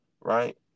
right